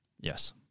Yes